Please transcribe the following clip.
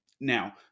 now